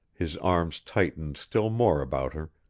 his arms tightened still more about her,